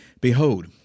Behold